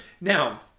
now